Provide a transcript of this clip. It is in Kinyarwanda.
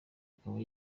akaba